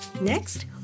Next